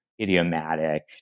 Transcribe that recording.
idiomatic